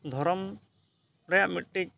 ᱫᱷᱚᱨᱚᱢ ᱨᱮᱭᱟᱜ ᱢᱤᱫᱴᱤᱡ